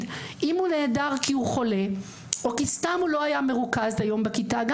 אם הוא נעדר כי הוא חולה או כי סתם הוא לא היה מרוכז היום בכיתה,